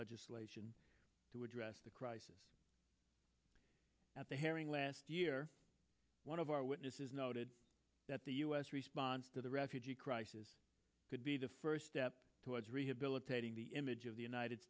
legislation to address the crisis at the hearing last year one of our witnesses noted that the u s response to the refugee crisis could be the first step towards rehabilitating the image of the united